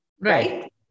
Right